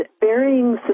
varying